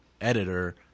editor